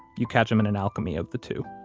you catch him in an alchemy of the two